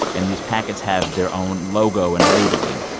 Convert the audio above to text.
and these packets have their own logo and labeling.